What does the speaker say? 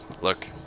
Look